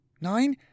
Nine